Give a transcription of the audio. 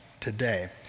Today